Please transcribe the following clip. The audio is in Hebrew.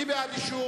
מי בעד אישור